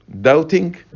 doubting